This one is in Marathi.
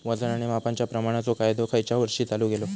वजन आणि मापांच्या प्रमाणाचो कायदो खयच्या वर्षी चालू केलो?